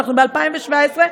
אנחנו ב-2017,